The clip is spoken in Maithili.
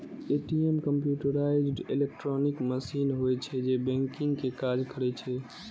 ए.टी.एम कंप्यूटराइज्ड इलेक्ट्रॉनिक मशीन होइ छै, जे बैंकिंग के काज करै छै